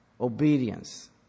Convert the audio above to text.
obedience